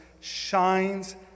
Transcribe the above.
shines